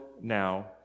now